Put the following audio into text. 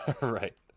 Right